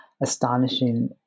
astonishing